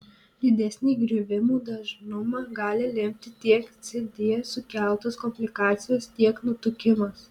didesnį griuvimų dažnumą gali lemti tiek cd sukeltos komplikacijos tiek nutukimas